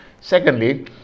secondly